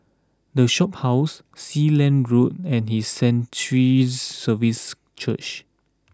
the Shophouse Sealand Road and his Sanctuaries Services Church